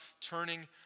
turning